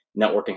networking